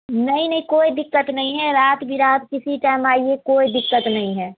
नहीं नहीं कोई दिक्कत नहीं है रात बिरात किसी टाइम आइए कोई दिक्कत नहीं है